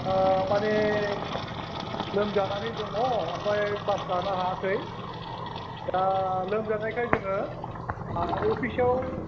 माने लोमजानानै दङ ओमफ्राय क्लास लानो हायाखै दा लोमजानायखाय जोङो अफिसाव